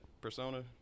Persona